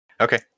Okay